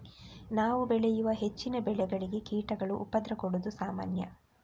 ನಾವು ಬೆಳೆಯುವ ಹೆಚ್ಚಿನ ಬೆಳೆಗಳಿಗೆ ಕೀಟಗಳು ಉಪದ್ರ ಕೊಡುದು ಸಾಮಾನ್ಯ